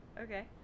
Okay